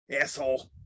asshole